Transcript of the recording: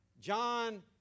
John